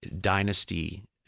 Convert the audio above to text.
dynasty